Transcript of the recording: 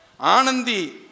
Anandi